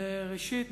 ראשית,